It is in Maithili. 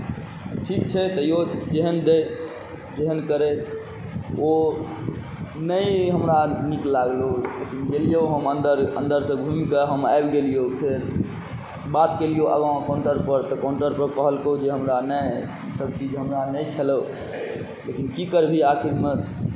ठीक छै तैओ जेहन दै जेहन करै ओ नहि हमरा नीक लागलहु गेलियौ हम अन्दर अन्दरसँ घुमि कऽ हम आबि गेलियौ फेर बात केलियौ आगाँ काउण्टरपर तऽ काउण्टरपर कहलकौ जे हमरा नहि ईसभ चीज हमरा नहि छलहु लेकिन की करबिही आखिरमे